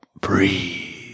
breathe